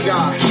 God